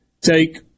take